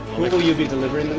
will will you be delivering them